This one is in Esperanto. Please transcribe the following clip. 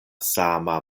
sama